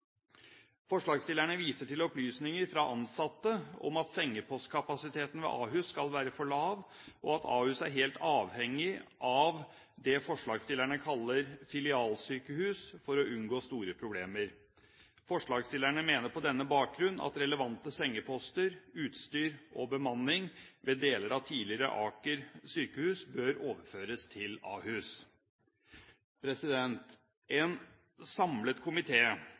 Forslagsstillerne viser til opplysninger fra ansatte om at sengepostkapasiteten ved Ahus skal være for lav, og at Ahus er helt avhengig av det forslagsstillerne kaller filialsykehus, for å unngå store problemer. Forslagsstillerne mener på denne bakgrunn at relevante sengeposter, utstyr og bemanning ved deler av tidligere Aker sykehus bør overføres til Ahus. En samlet